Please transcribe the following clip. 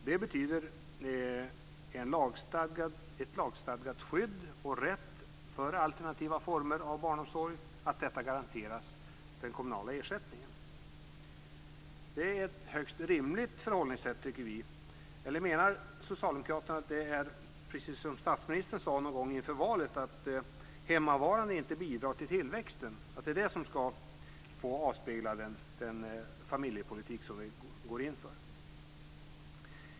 Det betyder ett lagstadgat skydd och rätt för alternativa former av barnomsorg som garanteras den kommunala ersättningen. Det är ett högst rimligt förhållningssätt, tycker vi. Eller menar socialdemokraterna, precis som statsministern sade någon gång inför valet, att hemmavarande inte bidrar till tillväxten?